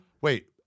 Wait